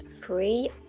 free